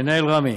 מנהל רמ"י.